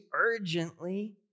urgently